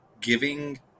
giving